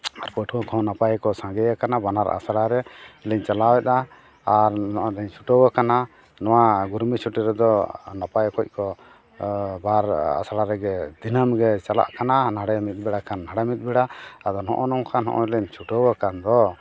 ᱟᱨ ᱯᱟᱹᱴᱷᱩᱣᱟ ᱠᱚᱦᱚᱸ ᱱᱟᱯᱟᱭᱠᱚ ᱥᱟᱸᱜᱮ ᱟᱠᱟᱱᱟ ᱵᱟᱱᱟᱨ ᱟᱥᱲᱟᱨᱮ ᱞᱤᱧ ᱪᱟᱞᱟᱣᱮᱫᱟ ᱟᱨ ᱱᱚᱜᱼᱚᱭ ᱞᱤᱧ ᱪᱷᱩᱴᱟᱹᱣ ᱟᱠᱟᱱᱟ ᱱᱚᱣᱟ ᱜᱚᱨᱢᱤ ᱪᱷᱩᱴᱤ ᱨᱮᱫᱚ ᱱᱟᱯᱟᱭ ᱚᱠᱚᱡᱠᱚ ᱵᱟᱨ ᱟᱥᱲᱟ ᱨᱮᱜᱮ ᱫᱤᱱᱟᱹᱢᱜᱮ ᱪᱟᱞᱟᱜ ᱠᱟᱱᱟ ᱱᱷᱟᱰᱮ ᱢᱤᱫ ᱵᱮᱲᱟ ᱠᱷᱟᱱ ᱦᱟᱸᱰᱮ ᱢᱤᱫ ᱵᱮᱲᱟ ᱟᱫᱚ ᱱᱚᱜᱼᱚ ᱱᱚᱝᱠᱟ ᱱᱚᱜᱼᱚᱭ ᱞᱤᱧ ᱪᱷᱩᱴᱟᱹᱣ ᱟᱠᱟᱱ ᱫᱚ